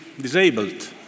disabled